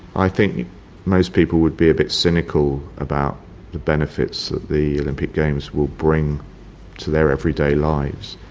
i think most people would be a bit cynical about the benefits that the olympic games will bring to their everyday lives.